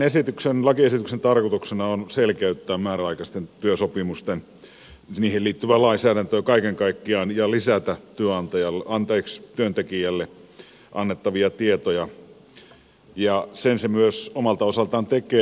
tämän lakiesityksen tarkoituksena on selkeyttää määräaikaisiin työsopimuksiin liittyvää lainsäädäntöä kaiken kaikkiaan ja lisätä työntekijälle annettavia tietoja ja sen se myös omalta osaltaan tekee